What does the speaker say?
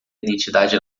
identidade